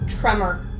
tremor